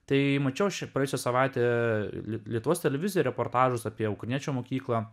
tai mačiau šį praėjusią savaitę lietuvos televizijų reportažuose apie ukrainiečių mokyklą